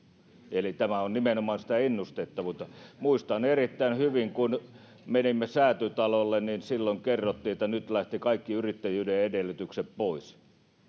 eli tämä on nimenomaan sitä ennustettavuutta muistan erittäin hyvin kun menimme säätytalolle niin silloin kerrottiin että nyt lähtivät kaikki yrittäjyyden edellytykset pois